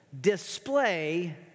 display